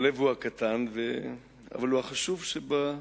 הלב הוא הקטן, אבל הוא החשוב שבגוף.